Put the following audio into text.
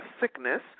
sickness